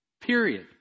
Period